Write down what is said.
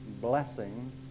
blessing